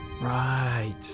Right